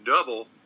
double